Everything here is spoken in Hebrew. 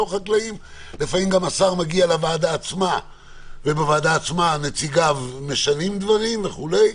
ולפעמים גם השר מגיע לוועדה עצמה ונציגיו משנים דברים וכולי.